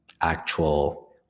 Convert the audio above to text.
actual